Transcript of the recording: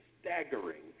staggering